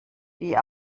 die